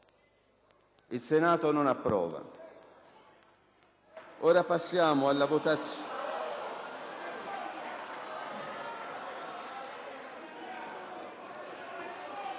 **Il Senato non approva.**